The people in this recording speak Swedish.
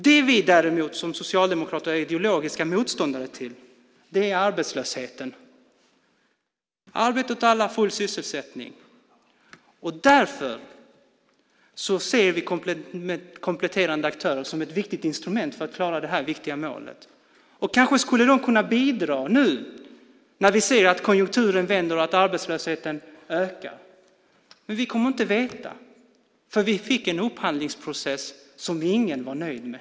Det vi däremot som socialdemokrater är ideologiska motståndare till är arbetslösheten. Vi vill ha arbete åt alla och full sysselsättning. Därför ser vi kompletterande aktörer som ett viktigt instrument för att nå det viktiga målet. Kanske skulle de kunna bidra nu när vi ser att konjunkturen vänder och arbetslösheten ökar. Men vi kommer inte att veta, för vi fick en upphandlingsprocess som ingen var nöjd med.